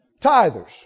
Tithers